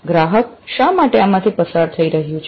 ગ્રાહક શા માટે આમાંથી પસાર થઈ રહ્યું છે